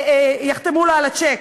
יחתמו לו על הצ'ק.